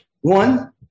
One